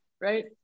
right